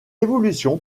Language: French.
évolution